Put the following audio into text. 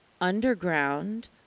underground